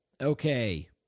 okay